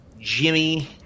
Jimmy